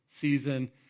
season